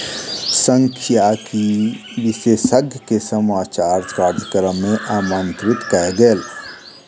सांख्यिकी विशेषज्ञ के समाचार कार्यक्रम मे आमंत्रित कयल गेल